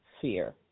fear